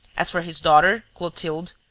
as for his daughter clotilde,